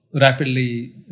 rapidly